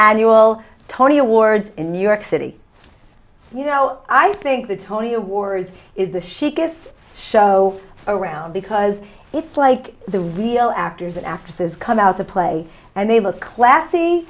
annual tony awards in new york city you know i think the tony awards is the chic this show around because it's like the real actors and actresses come out of play and they were classy